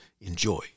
Enjoy